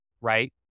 right